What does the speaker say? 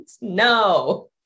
no